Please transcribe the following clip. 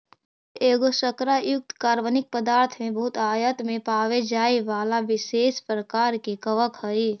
खमीर एगो शर्करा युक्त कार्बनिक पदार्थ में बहुतायत में पाबे जाए बला विशेष प्रकार के कवक हई